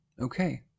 Okay